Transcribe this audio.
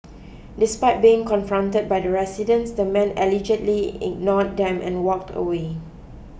despite being confronted by the residents the man allegedly ignore them and walked away